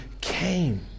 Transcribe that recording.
came